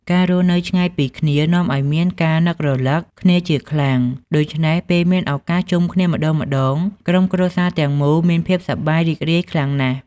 ការរស់នៅឆ្ងាយពីគ្នានាំឱ្យមានការនឹករឭកគ្នាជាខ្លាំង ដូច្នេះពេលមានឱកាសជុំគ្នាម្ដងៗ ក្រុមគ្រួសារទាំងមូលមានភាពសប្បាយរីករាយខ្លាំងណាស់។